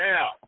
Now